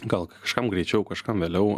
gal kažkam greičiau kažkam vėliau